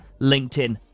LinkedIn